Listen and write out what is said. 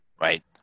right